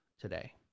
today